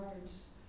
words